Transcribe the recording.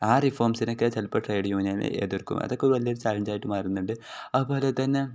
ആ റിഫോംസിനൊക്കെ ചിലപ്പോൾ ട്രേഡ് യൂണിയനെ എതിർക്കും അതൊക്കെ വലിയൊരു ചാലഞ്ചായിട്ട് മാറുന്നുണ്ട് അതു പോലെ തന്നെ